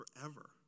forever